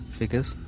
figures